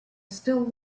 still